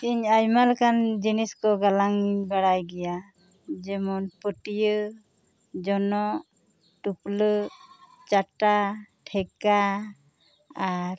ᱤᱧ ᱟᱭᱢᱟ ᱞᱮᱠᱟᱱ ᱡᱤᱱᱤᱥ ᱠᱚ ᱜᱟᱞᱟᱝ ᱵᱟᱲᱟᱭ ᱜᱮᱭᱟ ᱡᱮᱢᱚᱱ ᱯᱟᱹᱴᱤᱭᱟᱹ ᱡᱚᱱᱚᱜ ᱴᱩᱯᱞᱟᱹ ᱪᱟᱴᱟ ᱴᱷᱮᱠᱟ ᱟᱨ